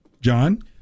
John